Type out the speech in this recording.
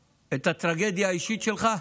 הטרגדיה האישית שלך,